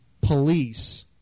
police